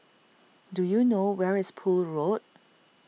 do you know where is Poole Road